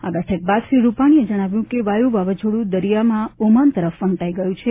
આ બેઠક બાદ શ્રી રૂપાણીએ જણાવ્યું હતું કે વાયુ વાવાઝોડું દરિયામાં ઓમાન તરફ ફંટાઈ ગયું છે